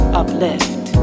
uplift